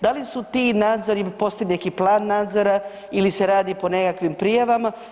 Da li su ti nadzori, postoji neki plan nadzora ili se radi po nekakvim prijavama?